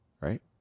right